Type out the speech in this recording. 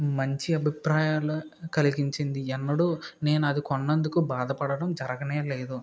మంచి అభిప్రాయాలు కలిగించింది ఎన్నడు నేను అది కొన్నందుకు బాధ పడడం జరగలేదు